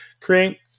create